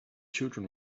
children